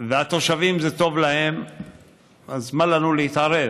ולתושבים זה טוב, אז מה לנו להתערב?